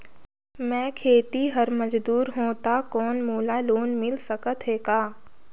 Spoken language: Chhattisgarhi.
मैं खेतिहर मजदूर हों ता कौन मोला लोन मिल सकत हे का?